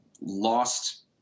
lost